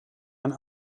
and